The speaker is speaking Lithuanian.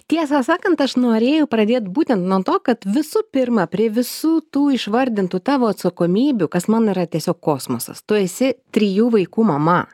tiesą sakant aš norėjau pradėt būtent nuo to kad visų pirma prie visų tų išvardintų tavo atsakomybių kas man yra tiesiog kosmosas tu esi trijų vaikų mama